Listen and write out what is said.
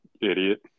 Idiot